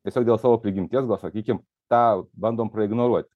tiesiog dėl savo prigimties gal sakykim tą bandom praignoruoti